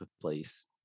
place